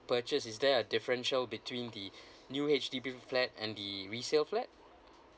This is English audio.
purchase is there a differential between the new H_D_B flat and the resale flat